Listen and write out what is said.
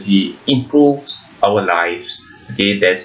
improves our lives K that's